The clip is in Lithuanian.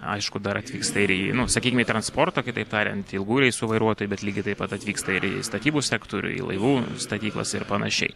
aišku dar atvyksta ir į nu sakykim į transporto kitaip tariant ilgų reisų vairuotoju bet lygiai taip pat atvyksta ir į statybų sektorių į laivų statyklas ir panašiai